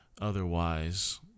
Otherwise